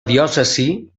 diòcesi